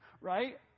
right